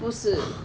不是